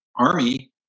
Army